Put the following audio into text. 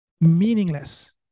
meaningless